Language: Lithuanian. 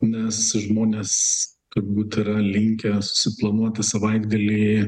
nes žmonės turbūt yra linkę suplanuoti savaitgalį